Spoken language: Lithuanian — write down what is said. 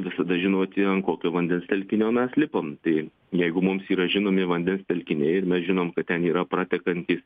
visada žinoti ant kokio vandens telkinio mes lipam tai jeigu mums yra žinomi vandens telkiniai ir mes žinom kad ten yra pratekantys